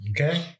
Okay